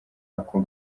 ako